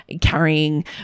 carrying